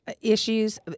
issues